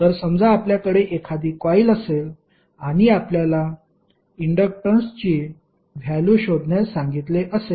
तर समजा आपल्याकडे एखादी कॉइल असेल आणि आपल्याला इंडक्टन्सची व्हॅल्यु शोधण्यास सांगितले असेल